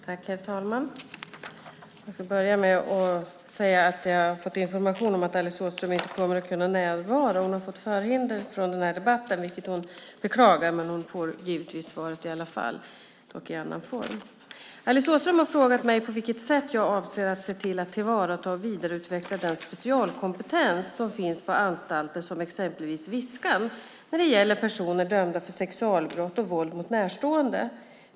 Herr talman! Jag ska börja med att säga att jag fått information om att Alice Åström inte kommer att kunna närvara. Hon har fått förhinder att närvara vid debatten, vilket hon beklagar. Hon får givetvis svaret i alla fall, dock i annan form. Alice Åström har frågat mig på vilket sätt jag avser att se till att tillvarata och vidareutveckla den specialkompetens som finns på anstalter som exempelvis Viskan när det gäller personer dömda för sexualbrott och våld mot närstående.